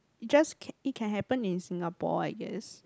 just can it can happen in Singapore I guess